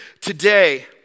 today